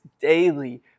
daily